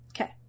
Okay